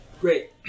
Great